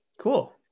cool